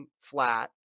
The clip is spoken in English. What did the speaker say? flat